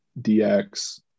DX